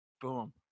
Boom